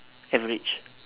average